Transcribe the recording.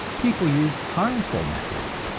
people use harmful methods,